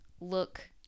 look